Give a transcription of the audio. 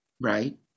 right